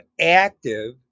active